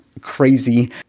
crazy